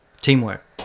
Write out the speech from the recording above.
Teamwork